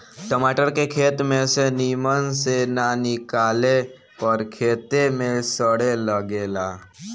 टमाटर के खेत में से निमन से ना निकाले पर खेते में सड़े लगेला